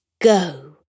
go